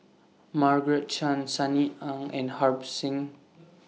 Margaret Chan Sunny Ang and Harbans Singh